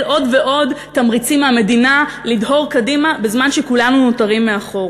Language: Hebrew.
עוד ועוד תמריצים מהמדינה לדהור קדימה בזמן שכולנו נותרים מאחור.